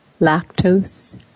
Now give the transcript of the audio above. lactose